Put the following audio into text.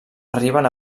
arriben